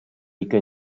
ricca